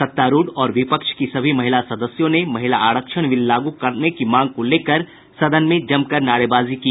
सत्तारूढ़ और विपक्ष की सभी महिला सदस्यों ने महिला आरक्षण बिल लागू करने की मांग को लेकर सदन में जमकर नारेबाजी की